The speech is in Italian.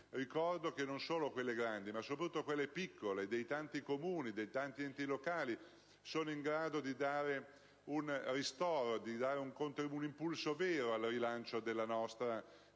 Ricordo che non solo le grandi opere, ma soprattutto quelle piccole dei tanti Comuni e enti locali sono in grado di dare un ristoro e un impulso vero al rilancio della nostra economia: